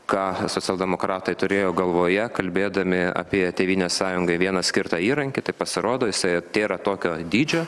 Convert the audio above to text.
ką socialdemokratai turėjo galvoje kalbėdami apie tėvynės sąjungai vieną skirtą įrankį tai pasirodo jisai tėra tokio dydžio